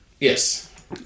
Yes